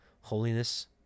holiness